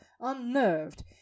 unnerved